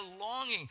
longing